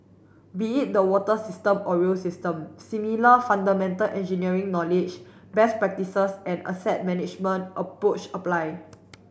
be it the water system or rail system similar fundamental engineering knowledge best practices and asset management approach apply